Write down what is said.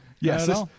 Yes